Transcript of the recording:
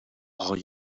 are